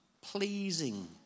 pleasing